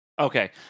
Okay